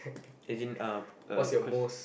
as in uh uh cause